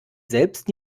selbst